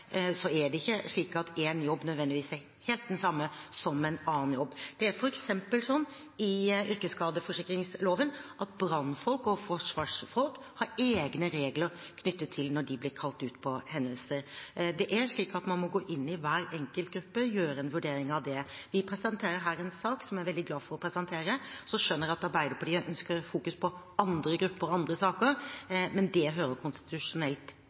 er mange likhetstrekk, er det ikke slik at en jobb nødvendigvis er helt den samme som en annen jobb. Det er f.eks. slik i yrkesskadeforsikringsloven at brannfolk og forsvarsfolk har egne regler knyttet til når de blir kalt ut til hendelser. Det er slik at man må gå inn i hver enkeltgruppe, gjøre en vurdering av det. Vi presenterer her en sak som jeg er veldig glad for å presentere, og så skjønner jeg at Arbeiderpartiet ønsker fokus på andre grupper og andre saker. Men det hører konstitusjonelt